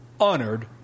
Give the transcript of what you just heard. honored